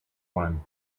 when